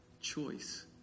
choice